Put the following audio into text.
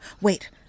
Wait